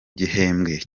gihembwe